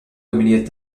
dominiert